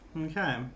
Okay